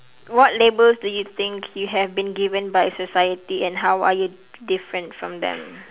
what labels do you think you have been given by society and how are you different from them